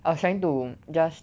I was trying to just